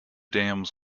dams